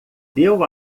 deu